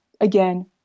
Again